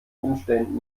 umständen